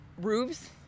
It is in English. roofs